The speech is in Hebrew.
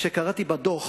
כשקראתי בדוח